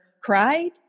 cried